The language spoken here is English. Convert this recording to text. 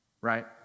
right